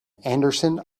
anderson